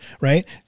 right